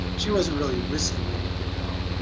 she wasn't really risking anything at all,